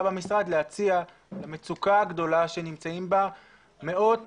במשרד להציע למצוקה הגדולה שנמצאים בה מאות